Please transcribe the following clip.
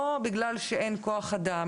לא בגלל שאין כוח אדם,